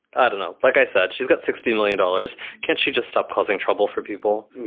i don't know. like i said, she's got sixty million dollars. can she just stop causing trouble for people?